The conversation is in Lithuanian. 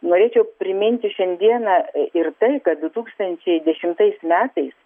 norėčiau priminti šiandieną ir tai kad du tūkstančiai dešimtais metais